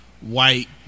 white